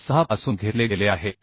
6 पासून घेतले गेले आहेत